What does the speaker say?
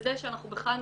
בזה שאנחנו בחנוכה,